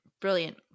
Brilliant